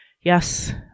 yes